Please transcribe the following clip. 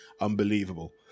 unbelievable